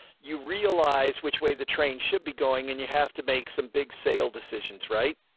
you realize which way the train should be going, and you have to make some big sale decisions, right?